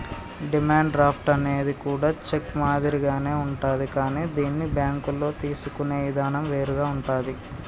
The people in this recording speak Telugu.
డిమాండ్ డ్రాఫ్ట్ అనేది కూడా చెక్ మాదిరిగానే ఉంటాది కానీ దీన్ని బ్యేంకుల్లో తీసుకునే ఇదానం వేరుగా ఉంటాది